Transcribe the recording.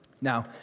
Now